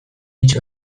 hitz